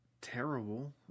terrible